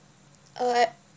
uh I